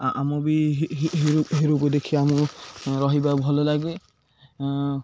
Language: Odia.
ଆମ ବି ହି ହି ହିରୋକୁ ଦେଖିବା ଆମକୁ ରହିବା ଭଲ ଲାଗେ